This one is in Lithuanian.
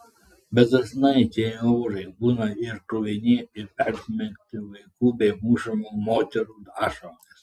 bet dažnai tie eurai būna ir kruvini ir persmelkti vaikų bei mušamų moterų ašaromis